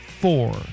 Four